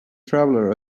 traveller